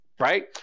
Right